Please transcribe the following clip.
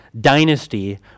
dynasty